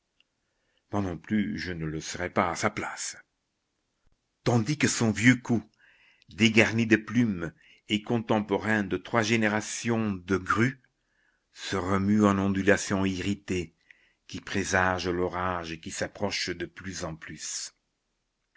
tandis que son vieux cou dégarni de plumes et contemporain de trois générations de grues se remue en ondulations irritées qui présagent l'orage qui s'approche de plus en plus